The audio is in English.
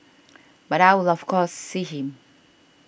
but I will of course see him